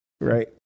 right